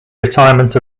retirement